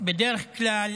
בדרך כלל